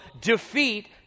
defeat